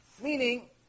Meaning